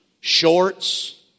shorts